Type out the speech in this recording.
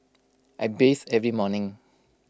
I bathe every morning